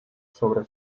sobre